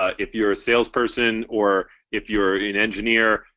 ah if you're a salesperson or if you're an engineer,